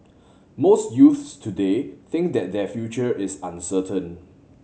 most youths today think that their future is uncertain